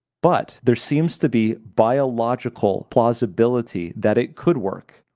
but there seems to be biological plausibility that it could work,